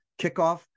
kickoff